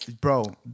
Bro